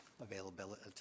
availability